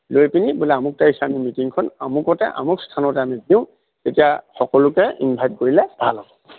লৈ পিনি বোলে আমুক তাৰিখে মিটিংখন আমুকতে আমুক স্থানতে আমি দিওঁ তেতিয়া সকলোকে ইনভাইট কৰিলে ভাল হ'ব